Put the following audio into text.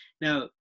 now